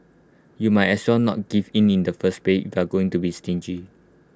you might as well not give in in the first place if you're going to be stingy